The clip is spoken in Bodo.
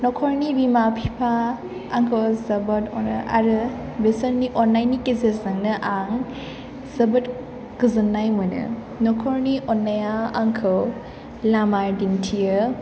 न'खरनि बिमा बिफा आंखौ जोबोद अनो आरो बिसोरनि अननायनि गेजेरजोंनो आं जोबोद गोजोननाय मोनो न'खरनि अननाया आंखौ लामा दिन्थियो